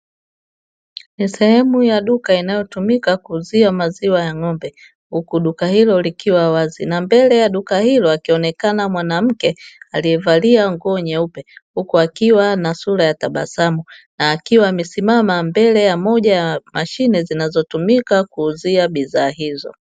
Ni sehemu ya duka inayotumika kuuzia maziwa ya ng'ombe huku duka hilo likiwa wazi, na mbele ya duka hilo akionekana mwanamke aliyevalia nguo nyeupe, huku akiwa na sura ya tabasamu na akiwa amesimama mbele ya moja ya mashine inayotumika kuuzia bidhaa hizo.